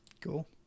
cool